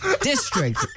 District